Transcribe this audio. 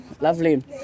Lovely